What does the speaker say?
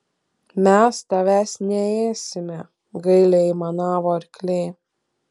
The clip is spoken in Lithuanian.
mes tavęs neėsime gailiai aimanavo arkliai